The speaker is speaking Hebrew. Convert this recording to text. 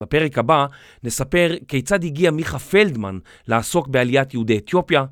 בפרק הבא נספר כיצד הגיע מיכה פלדמן לעסוק בעליית יהודי אתיופיה.